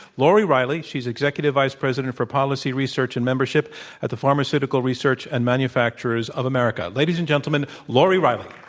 lori reilly. she's executive vice president for policy research and membership at the pharmaceutical research and manufacturers of america. ladies and gentlemen, lori reilly.